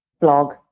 blog